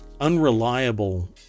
unreliable